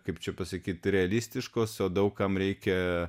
kaip čia pasakyt realistiškos o daug kam reikia